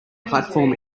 platform